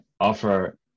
offer